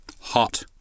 Hot